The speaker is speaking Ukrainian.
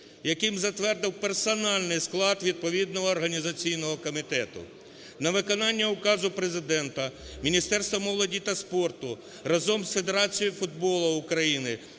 яким затвердив персональний склад відповідного Організаційного комітету. На виконання Указу Президента, Міністерство молоді та спорту разом з Федерацією футболу України